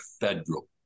federal